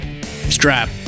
strap